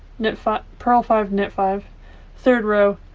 knit five purl five knit five third row